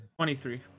23